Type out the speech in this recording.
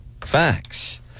facts